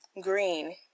green